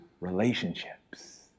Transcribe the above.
relationships